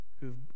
who've